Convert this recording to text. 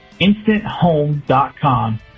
InstantHome.com